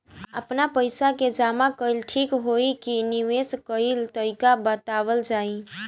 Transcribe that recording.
आपन पइसा के जमा कइल ठीक होई की निवेस कइल तइका बतावल जाई?